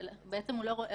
ועכשיו בצו החדש זה יורד